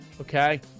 Okay